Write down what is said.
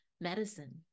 medicine